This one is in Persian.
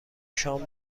شام